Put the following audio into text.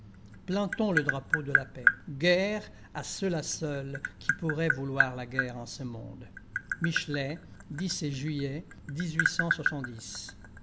plantons le drapeau de la paix guerre à ceux-là seuls qui pourraient vouloir la guerre en ce monde